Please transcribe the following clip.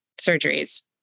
surgeries